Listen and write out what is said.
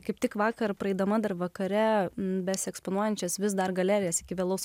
kaip tik vakar praeidama dar vakare mes eksponuojančios vis dar galerijas iki vėlaus